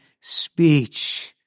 speech